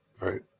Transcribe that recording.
right